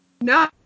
no